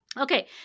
Okay